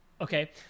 Okay